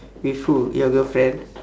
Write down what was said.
with who your girlfriend